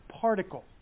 particle